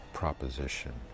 proposition